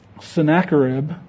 Sennacherib